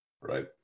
right